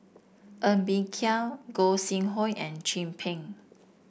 Ng Bee Kia Gog Sing Hooi and Chin Peng